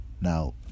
Now